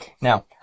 Now